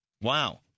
Wow